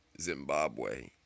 Zimbabwe